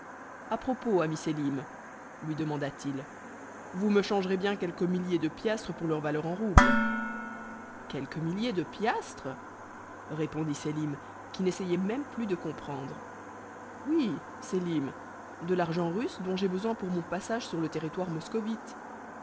a propos ami sélim lui demanda-t-il vous me changerez bien quelques milliers de piastres pour leur valeur en roubles quelques milliers de piastres répondit sélim qui n'essayait même plus de comprendre oui sélim de l'argent russe dont j'ai besoin pour mon passage sur le territoire moscovite